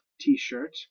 t-shirt